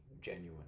genuine